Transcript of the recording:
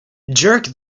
jerk